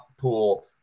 pool